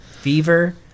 Fever